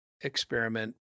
experiment